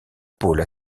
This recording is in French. pôle